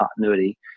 continuity